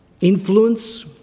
influence